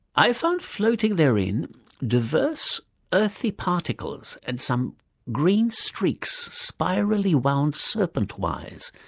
i found floating therein diverse earthy particles, and some green streaks, spirally wound serpent-wise,